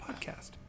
podcast